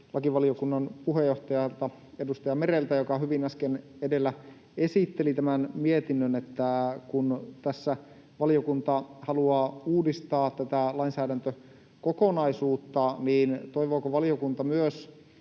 lakivaliokunnan puheenjohtajalta, edustaja Mereltä, joka hyvin äsken edellä esitteli tämän mietinnön, että kun tässä valiokunta haluaa uudistaa tätä lainsäädäntökokonaisuutta, niin toivooko valiokunta myös